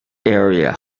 area